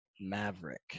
Maverick